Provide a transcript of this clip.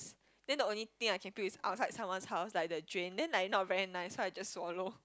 then the only thing I can pill is outside someone's house like the drain then like not very nice so I just swallow